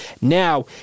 Now